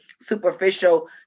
superficial